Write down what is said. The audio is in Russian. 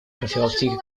профилактике